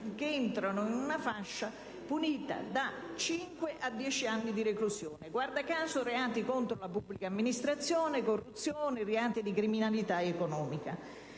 che entrano in una fascia punita da cinque a 10 anni di reclusione: guarda caso, reati contro la pubblica amministrazione, la corruzione e di criminalità economica!